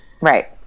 Right